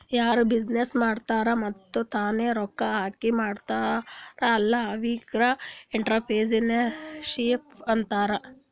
ಯಾರು ಬಿಸಿನ್ನೆಸ್ ಮಾಡ್ತಾರ್ ಮತ್ತ ತಾನೇ ರೊಕ್ಕಾ ಹಾಕಿ ಮಾಡ್ತಾರ್ ಅಲ್ಲಾ ಅವ್ರಿಗ್ ಎಂಟ್ರರ್ಪ್ರಿನರ್ಶಿಪ್ ಅಂತಾರ್